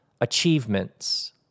achievements